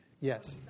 Yes